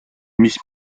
mis